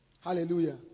Hallelujah